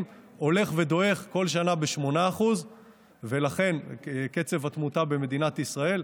הולך ודועך כל שנה ב-8% קצב התמותה במדינת ישראל,